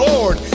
Lord